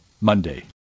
Monday